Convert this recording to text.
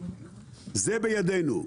זה בידינו,